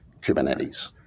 Kubernetes